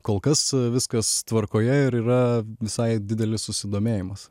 kol kas viskas tvarkoje ir yra visai didelis susidomėjimas